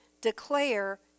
declare